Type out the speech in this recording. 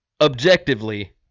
objectively